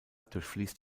durchfließt